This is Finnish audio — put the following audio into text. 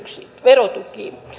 verotukiin